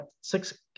six